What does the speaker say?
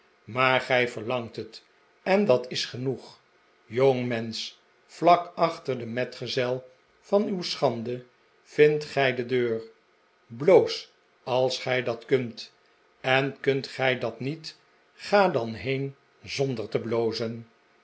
maar gij verlangt het en dat is genoeg jongmensch vlak achter den metgezel van uw schande vindt gij de deur bloos als gij dat kunt en kunt gij dat niet ga dan heen zonder te blozen